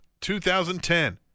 2010